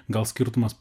gal skirtumas